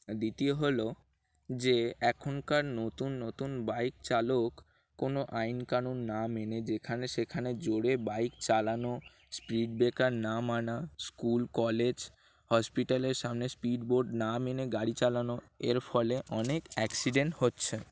দ্বিতীয় হলো যে এখনকার নতুন নতুন বাইক চালক কোনো আইনকানুন না মেনে যেখানে সেখানে জোরে বাইক চালানো স্পিড ব্রেকার না মানা স্কুল কলেজ হসপিটালের সামনে স্পিড বোর্ড না মেনে গাড়ি চালানো এর ফলে অনেক অ্যাক্সিডেন্ট হচ্ছে